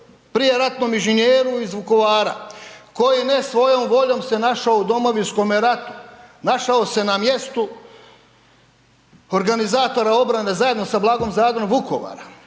prijeratnom inženjeru iz Vukovara koji ne svojom voljom se našao u Domovinskome ratu, našao se na mjestu organizatora obrane zajedno sa Blagom Zadrom Vukovara